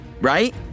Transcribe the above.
right